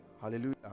Hallelujah